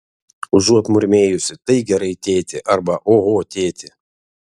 užuot murmėjusi tai gerai tėti arba oho tėti